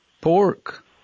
Pork